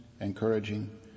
encouraging